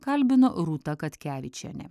kalbino rūta katkevičienė